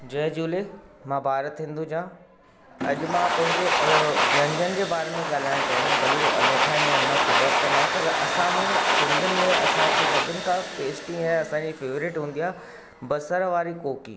जय झूले मां भारत हिंदुजा अॼु मां पंहिंजे व्यंजन जे बारे में ॻाल्हाइण चाहींदुमि भली ऊहो अनोखा आहिनि ख़बर त न आहे पर असांमें सिंधीयुनि में असांखे सभिनि खां टेस्टी ऐं असांजी फेवरेट हूंदी आहे बसर वारी कोकी